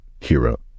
hero